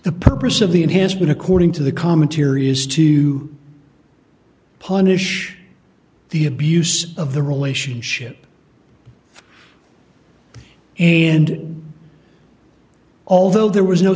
the purpose of the enhancement according to the commentary is to punish the abuse of the relationship and although there was no